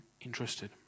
interested